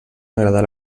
agradar